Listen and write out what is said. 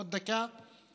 עוד דקה,